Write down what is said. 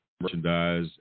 merchandise